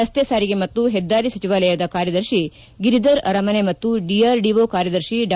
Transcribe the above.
ರಸ್ತೆ ಸಾರಿಗೆ ಮತ್ತು ಹೆದ್ದಾರಿ ಸಚಿವಾಲಯದ ಕಾರ್ಯದರ್ಶಿ ಗಿರಿಧರ್ ಅರಮನೆ ಮತ್ತು ಡಿಆರ್ಡಿಒ ಕಾರ್ಯದರ್ಶಿ ಡಾ